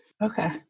Okay